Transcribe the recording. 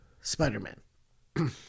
Spider-Man